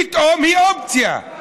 פתאום היא אופציה.